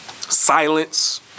silence